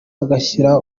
agashyira